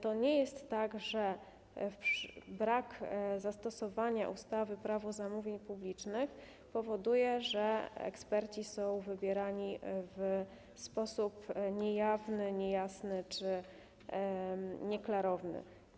To nie jest tak, że brak zastosowania ustawy - Prawo zamówień publicznych powoduje, że eksperci są wybierani w sposób niejawny, niejasny czy nieklarowny.